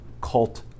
cult